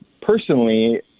personally